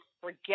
forget